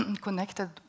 connected